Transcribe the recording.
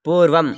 पूर्वम्